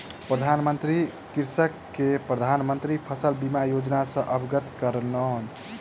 प्रधान मंत्री कृषक के प्रधान मंत्री फसल बीमा योजना सॅ अवगत करौलैन